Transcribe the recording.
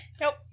nope